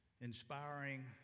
inspiring